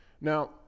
Now